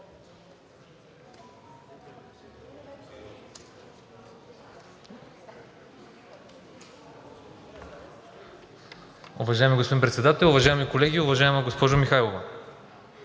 Уважаеми господин Председател, уважаеми колеги! Уважаема госпожо Михайлова,